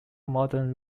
modern